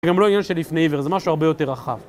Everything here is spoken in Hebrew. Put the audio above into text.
זה גם לא עניין של לפני עבר, זה משהו הרבה יותר רחב.